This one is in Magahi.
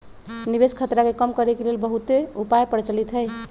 निवेश खतरा के कम करेके के लेल बहुते उपाय प्रचलित हइ